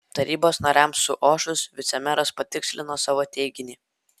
tarybos nariams suošus vicemeras patikslino savo teiginį